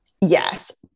Yes